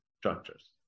structures